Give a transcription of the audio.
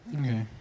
Okay